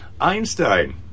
Einstein